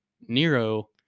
Nero